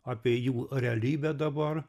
apie jų realybę dabar